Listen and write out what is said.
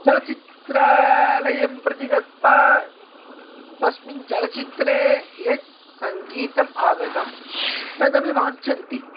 चलचित्रालयं प्रति गत्वा तस्मिन् चलचित्रे यद् सङ्गीतम् आगतं तदपि वाञ्छन्ति